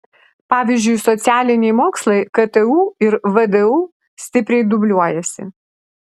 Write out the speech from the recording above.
pavyzdžiui socialiniai mokslai ktu ir vdu stipriai dubliuojasi